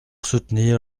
soutenir